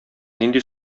нинди